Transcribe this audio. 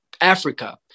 Africa